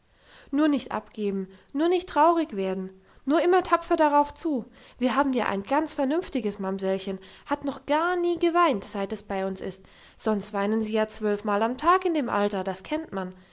nur nicht abgeben nur nicht traurig werden nur immer tapfer darauf zu wir haben ja ein ganz vernünftiges mamsellchen hat noch gar nie geweint seit es bei uns ist sonst weinen sie ja zwölfmal im tag in dem alter das kennt man